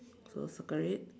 so circle it